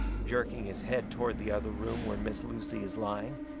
jerking his head toward the other room where miss lucy is lying.